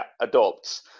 adopts